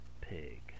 pig